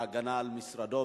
בהגנה על משרדו,